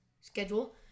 schedule